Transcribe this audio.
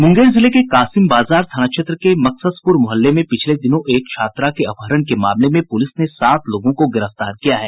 मुंगेर जिले के कासिम बाजार थाना क्षेत्र मकससपुर मोहल्ले से पिछले दिनों एक छात्रा के अपहरण के मामले में पुलिस ने सात लोगों को गिरफ्तार किया है